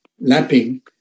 lapping